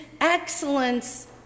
excellence